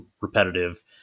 repetitive